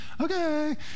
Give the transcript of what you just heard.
Okay